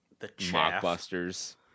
mockbusters